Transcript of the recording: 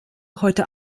heute